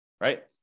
right